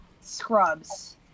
Scrubs